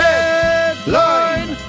Headline